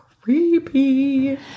creepy